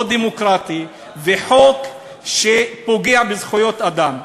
לא דמוקרטי, חוק שפוגע בזכויות אדם.